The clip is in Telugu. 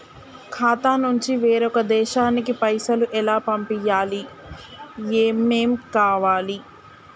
ఖాతా నుంచి వేరొక దేశానికి పైసలు ఎలా పంపియ్యాలి? ఏమేం కావాలి?